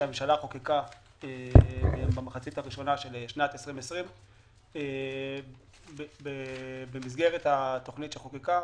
שהממשלה חוקקה במחצית הראשונה של שנת 2020. במסגרת התוכנית שחוקקה,